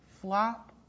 Flop